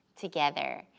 together